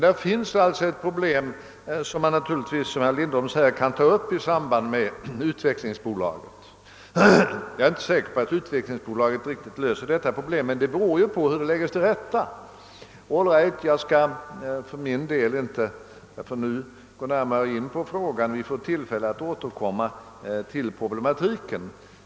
Det finns sålunda ett problem, och man kan naturligtvis, som herr Lindholm säger, ta upp det i samband med frågan om utvecklingsbolaget. Jag är inte säker på att utvecklingsbolaget löser detta problem, men det beror naturligtvis på hur det läggs till rätta. Jag skall inte nu gå närmare in på den frågan — vi får tillfälle att återkomma härtill.